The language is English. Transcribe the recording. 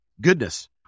goodness